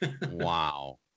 Wow